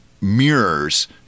mirrors